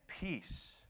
peace